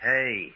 Hey